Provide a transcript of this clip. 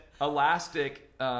elastic